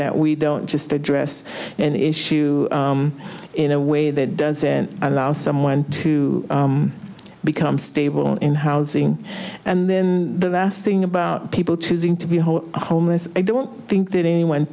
that we don't just address an issue in a way that doesn't allow someone to become stable in housing and then the last thing about people choosing to be homeless i don't think that anyone